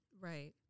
right